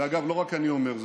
ואגב, לא רק אני אומר זאת.